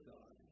God